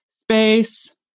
space